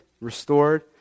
restored